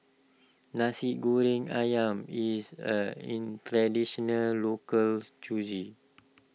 Nasi Goreng Ayam is a in Traditional Local Cuisine